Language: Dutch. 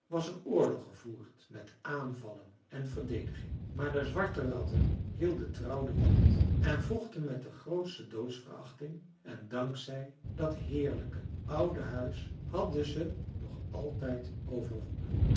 was er oorlog gevoerd met aanvallen en verdediging maar de zwarte ratten hielden trouw de wacht en vochten met de grootste doodsverachting en dank zij dat heerlijke oude huis hadden ze nog altijd